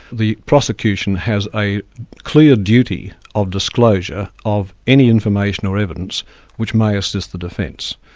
the prosecution has a clear duty of disclosure of any information or evidence which may assist the defence.